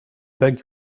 beg